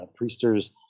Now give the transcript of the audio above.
Priester's